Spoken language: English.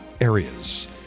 areas